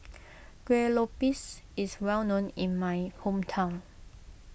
Kueh Lopes is well known in my hometown